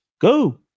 go